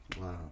Wow